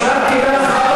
אפשרתי לך,